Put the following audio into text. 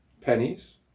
pennies